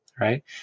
right